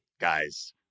guys